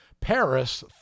Paris